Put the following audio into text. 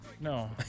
No